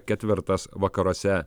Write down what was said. ketvirtas vakaruose